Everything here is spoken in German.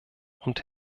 und